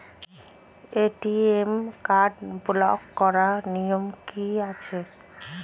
ATM card block করার নিয়ম কি আছে?